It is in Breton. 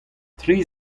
tri